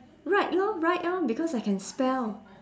write lor write orh because I can spell